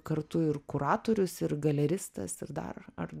kartu ir kuratorius ir galeristas ir dar ar